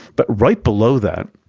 but right below that,